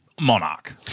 monarch